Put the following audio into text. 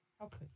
Okay